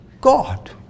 God